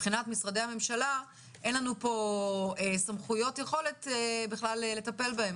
מבחינת משרדי הממשלה אין לנו פה סמכויות יכולת בכלל לטפל בהם.